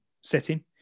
setting